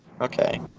okay